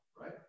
right